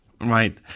Right